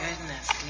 goodness